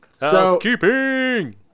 housekeeping